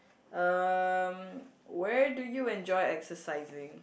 um where do you enjoy exercising